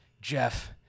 Jeff